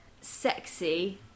sexy